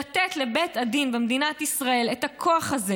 לתת לבית הדין במדינת ישראל את הכוח הזה